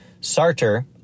Sartre